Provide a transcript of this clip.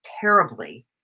terribly